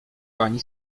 pani